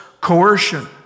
coercion